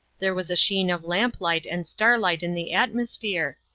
there was a sheen of lamplight and starlight in the atmosphere,